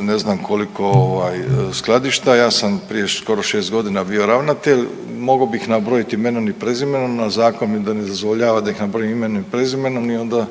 ne znam koliko ovaj skladišta, sam prije skoro 6 godina bio ravnatelj, mogao bih nabrojiti imenom i prezimenom, a zakon mi ne dozvoljava da ih nabrojim imenom i prezimenom